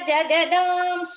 Jagadam